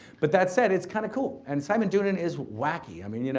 but that said, it's kinda cool. and simon doonan is wacky. i mean, you know